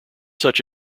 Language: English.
such